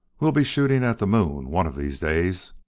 we'll be shooting at the moon one of these days.